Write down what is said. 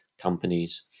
companies